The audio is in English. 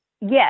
Yes